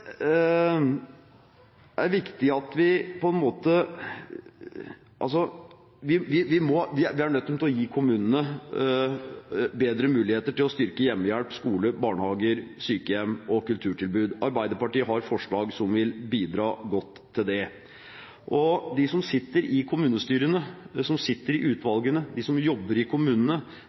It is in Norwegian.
Vi er nødt til å gi kommunene bedre muligheter til å styrke hjemmehjelp, skoler, barnehager, sykehjem og kulturtilbud. Arbeiderpartiet har forslag som vil bidra godt til det. De som sitter i kommunestyrene, de som sitter i utvalgene, de som jobber i kommunene,